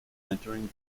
entering